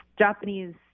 Japanese